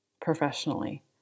professionally